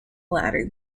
latter